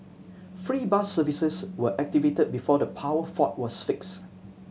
free bus services were activated before the power fault was fixed